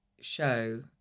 show